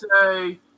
say